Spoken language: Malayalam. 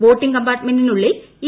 വോട്ടിംഗ് കമ്പാർട്ട്മെന്റിനുള്ളിൽ ഇ